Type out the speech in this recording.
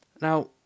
Now